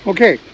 Okay